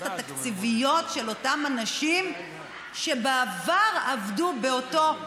התקציביות של אותם אנשים שבעבר עבדו באותו מוסד,